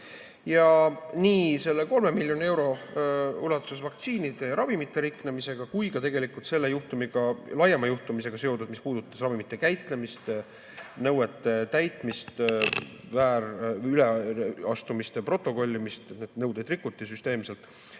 Nii selle 3 miljoni euro ulatuses vaktsiinide ja ravimite riknemisega kui ka tegelikult selle laiema juhtimisega seotult, mis puudutas ravimite käitlemist, nõuete täitmist, üleastumiste protokollimist, et nõudeid rikuti süsteemselt,